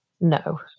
no